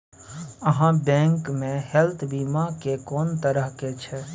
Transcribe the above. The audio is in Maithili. आहाँ बैंक मे हेल्थ बीमा के कोन तरह के छै?